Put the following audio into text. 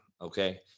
okay